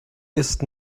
ist